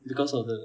because of the